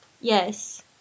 yes